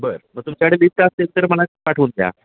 बरं मग तुमच्याकडे लिस्ट असेल तर मला पाठवून द्या